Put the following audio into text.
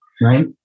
right